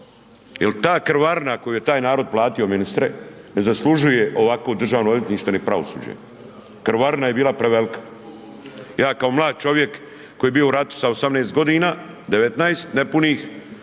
jel ta krvarina koju je taj narod platio ministre ne zaslužuje ovako državno odvjetništvo ni pravosuđe, krvarina je bila prevelika. Ja kao mlad čovjek koji je bio u ratu sa 18 godina, 19 nepunih,